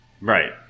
Right